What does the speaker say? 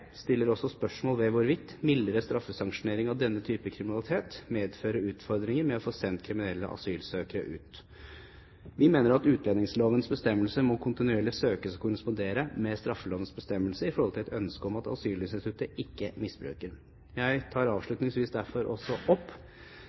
stiller også spørsmål ved hvorvidt mildere straffesanksjonering av denne type kriminalitet medfører utfordringer med å få sendt kriminelle asylsøkere ut. Vi mener at utlendingslovens bestemmelser kontinuerlig må søkes å korrespondere med straffelovens bestemmelser i forhold til et ønske om at asylinstituttet ikke misbrukes. Jeg tar derfor avslutningsvis – når jeg først har ordet – opp